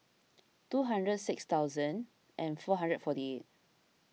two hundred six thousand and four hundred forty eight